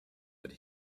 that